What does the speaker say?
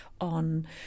on